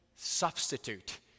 Substitute